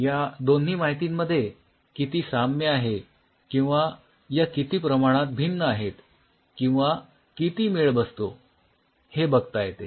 या दोन्ही माहितींमध्ये किती साम्य आहे किंवा या किती प्रमाणात भिन्न आहेत किंवा किती मेळ बसतो हे बघता येते